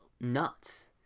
nuts